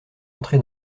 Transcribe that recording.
entré